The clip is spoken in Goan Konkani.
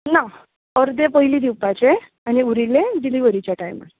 ना अर्दे पयलीं दिवपाचे आनी उरिल्ले डिलिवरीच्या टायमार